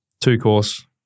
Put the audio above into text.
two-course